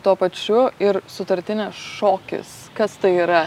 tuo pačiu ir sutartinės šokis kas tai yra